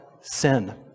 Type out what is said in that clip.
sin